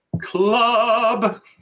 Club